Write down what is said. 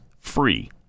free